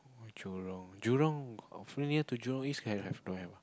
jurong jurong oh here to jurong East can have don't have ah